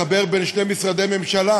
לחבר בין שני משרדי ממשלה,